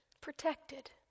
protected